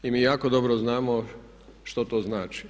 I mi jako dobro znamo što to znači.